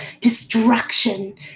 Destruction